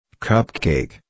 Cupcake